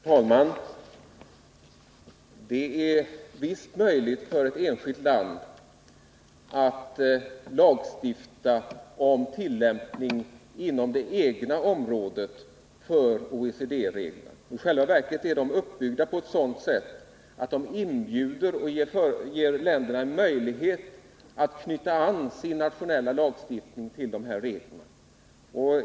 Herr talman! Det är visst möjligt för ett enskilt land att lagstifta om tillämpning inom det egna området för OECD-reglerna. I själva verket är dessa regler uppbyggda på ett sådant sätt att de inbjuder länderna till att knyta an sin nationella lagstiftning till dessa regler.